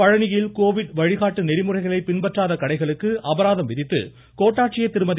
பழனியில் கோவிட் வழிகாட்டு நெறிமுறைகளை பின்பற்றாத கடைகளுக்கு அபராதம் விதித்து கோட்டாட்சியர் திருமதி